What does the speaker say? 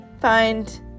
find